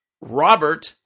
Robert